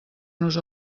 nos